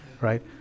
right